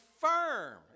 firm